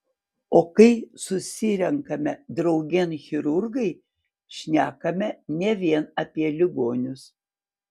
o kai susirenkame draugėn chirurgai šnekame ne vien apie ligonius